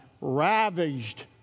ravaged